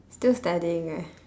still studying right